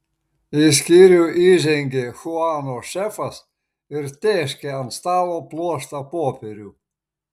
į skyrių įžengė chuano šefas ir tėškė ant stalo pluoštą popierių